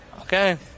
Okay